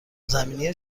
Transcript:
زمینی